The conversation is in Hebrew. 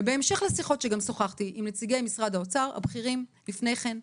ובהמשך לשיחות שגם שוחחתי עם נציגי משרד האוצר הבכירים לפני כן,